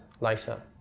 later